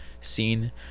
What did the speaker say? scene